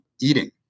Eating